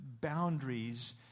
boundaries